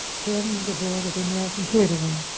chairman of the board of the american theater wing.